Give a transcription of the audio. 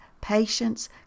patience